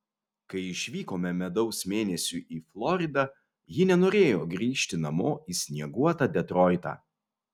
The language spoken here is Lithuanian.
kai išvykome medaus mėnesiui į floridą ji nenorėjo grįžti namo į snieguotą detroitą